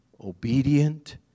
obedient